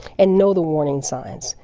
and know the warning signs,